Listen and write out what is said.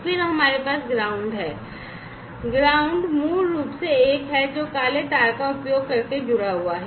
और फिर हमारे पास ग्राउंड मूल रूप से एक है जो काले तार का उपयोग करके जुड़ा हुआ है